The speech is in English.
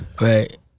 Right